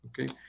okay